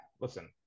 listen